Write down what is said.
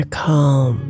calm